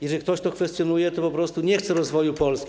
Jeżeli ktoś to kwestionuje, po prostu nie chce rozwoju Polski.